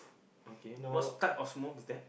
okay what type of smooth is that